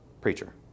preacher